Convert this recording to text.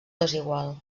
desigual